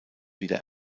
wieder